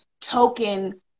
token